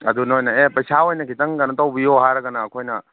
ꯑꯗꯨ ꯅꯣꯏꯅ ꯑꯦ ꯄꯩꯁꯥ ꯑꯣꯏꯅ ꯈꯤꯇꯪ ꯀꯩꯅꯣ ꯇꯧꯕꯤꯌꯣ ꯍꯥꯏꯔꯒꯅ ꯑꯩꯈꯣꯏꯅ